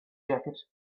jacket